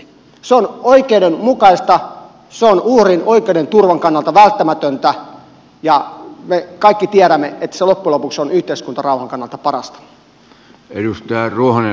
se on oikeudenmukaista se on uhrin oikeusturvan kannalta välttämätöntä ja me kaikki tiedämme että se loppujen lopuksi on yhteiskuntarauhan kannalta parasta